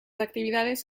actividades